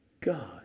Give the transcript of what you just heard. God